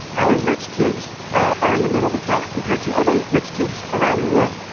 our rich kids ah are in the middle of the pack compared to other rich kids around the world,